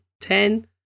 ten